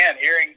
hearing